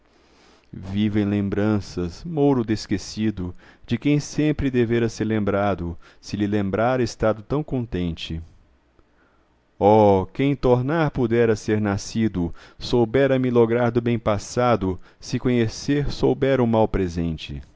vivo em lembranças mouro d'esquecido de quem sempre devera ser lembrado se lhe lembrara estado tão contente oh quem tornar pudera a ser nascido soubera me lograr do bem passado se conhecer soubera o mal presente